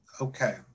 Okay